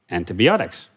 antibiotics